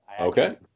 Okay